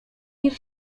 niż